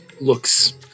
looks